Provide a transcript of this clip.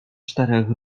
czterech